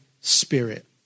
spirit